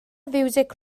fiwsig